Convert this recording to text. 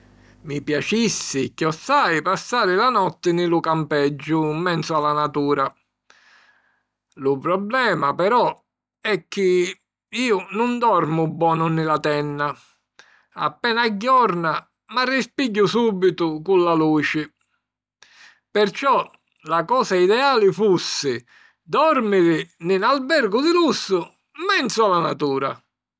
Mi piacissi chiossai passari la notti nni lu campeggiu 'n menzu a la natura. Lu problema, però, è chi iu non dormu bonu nni la tenna: appena agghiorna m'arrisbigghiu sùbitu cu la luci. Perciò, la cosa ideali fussi dòrmiri nni 'n albergu di lussu 'n menzu a la natura!